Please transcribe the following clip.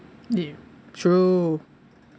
ya true